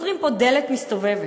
יוצרים פה דלת מסתובבת,